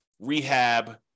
rehab